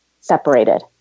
separated